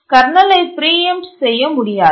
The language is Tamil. இதனால் கர்னலை பிரீஎம்ட் செய்ய முடியாது